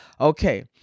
Okay